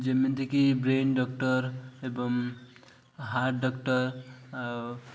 ଯେମିତିକି brain doctor ଏବଂ heart doctor ଆଉ